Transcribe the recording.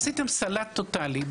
עשיתם סלט טוטאלי.